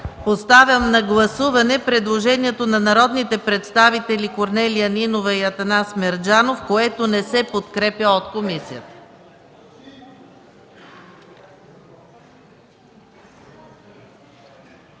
Поставям на гласуване предложението на народните представители Корнелия Нинова и Атанас Мерджанов, което не се подкрепя от комисията.